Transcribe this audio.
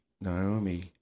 Naomi